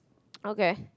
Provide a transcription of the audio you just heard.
okay